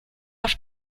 auf